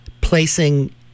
placing